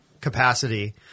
capacity